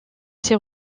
ses